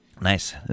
Nice